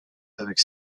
avec